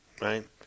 right